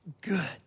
good